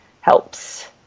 helps